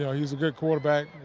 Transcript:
yeah he's a good quarterback.